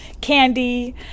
candy